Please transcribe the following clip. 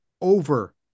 over